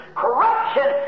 corruption